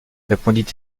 répondit